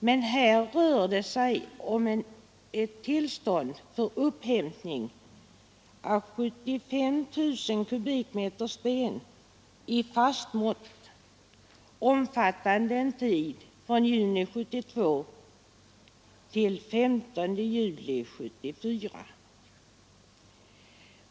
Men här rör det sig om ett tillstånd för upphämtning av 75 000 kubikmeter sten i fast mått, omfattande en tid från juni 1972 till 15 juli 1974.